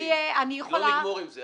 כי אחרת לא נגמור עם זה,